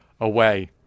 away